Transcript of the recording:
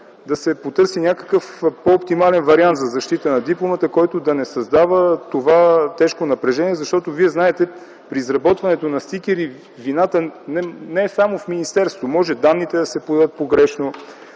да се потърси някакъв по-оптимален вариант за защита на дипломата, който да не създава това тежко напрежение, защото Вие знаете, че при изработването на стикерите вината не е само в министерството. Може данните да се подадат погрешно,